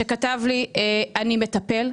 שכתב לי: "אני מטפל",